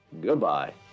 goodbye